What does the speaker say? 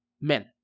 men